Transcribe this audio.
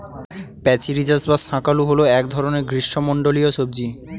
প্যাচিরিজাস বা শাঁকালু হল এক ধরনের গ্রীষ্মমণ্ডলীয় সবজি